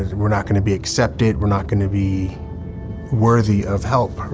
we're not going to be accepted, we're not going to be worthy of help,